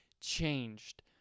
changed